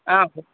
ஆ